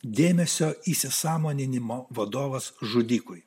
dėmesio įsisąmoninimo vadovas žudikui